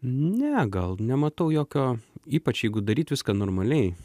ne gal nematau jokio ypač jeigu daryt viską normaliai